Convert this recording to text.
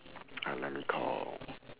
uh let me call